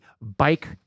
bike